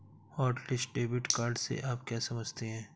Hotlist debit card से आप क्या समझते हैं?